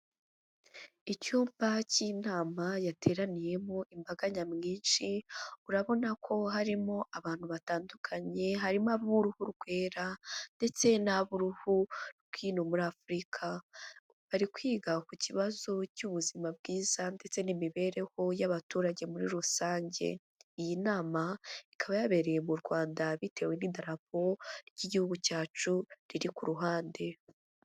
Icyumba cy'inama yateraniyemo imbaga nyamwinshi, urabona ko harimo abantu batandukanye harimo ab'uruhu rwera ndetse n'ab'uruhu rw'ino muri Afurika, bari kwiga ku kibazo cy'ubuzima bwiza ndetse n'imibereho y'abaturage muri rusange, iyi nama ikaba yabereye mu Rwanda bitewe n'idarapo ry'Igihugu cyacu riri ku ruhande.